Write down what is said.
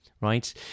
right